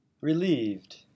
Relieved